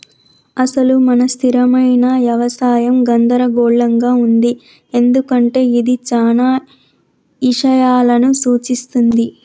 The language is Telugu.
అసలు మన స్థిరమైన యవసాయం గందరగోళంగా ఉంది ఎందుకంటే ఇది చానా ఇషయాలను సూఛిస్తుంది